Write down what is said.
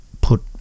put